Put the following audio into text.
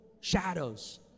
shadows